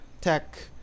tech